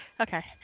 Okay